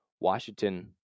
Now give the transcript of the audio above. Washington